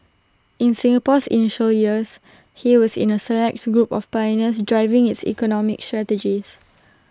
in Singapore's initial years he was in A select group of pioneers driving its economic strategies